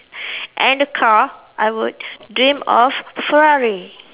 and the car I would dream of Ferrari